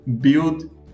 build